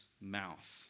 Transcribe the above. mouth